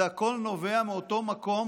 זה הכול נובע מאותו מקום